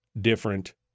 different